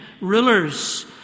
rulers